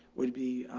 would it be,